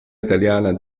italiana